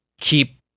keep